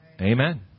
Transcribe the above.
Amen